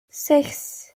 sechs